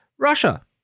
Russia